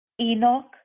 Enoch